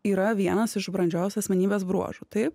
yra vienas iš brandžios asmenybės bruožų taip